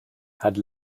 had